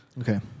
Okay